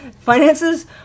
finances